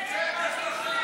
לסיים את הכיבוש.